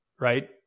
right